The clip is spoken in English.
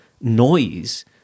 noise